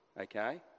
okay